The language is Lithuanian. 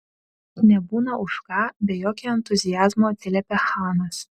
nebūna už ką be jokio entuziazmo atsiliepė chanas